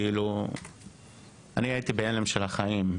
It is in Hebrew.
הותירו אותי בהלם מוחלט,